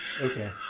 Okay